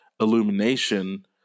Illumination